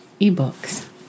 ebooks